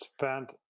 spent